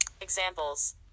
Examples